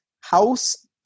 house